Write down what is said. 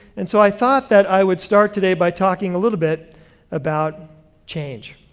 and so i thought that i would start today by talking a little bit about change.